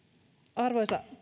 arvoisa